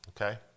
Okay